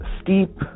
Steep